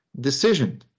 decision